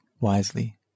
wisely